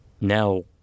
Now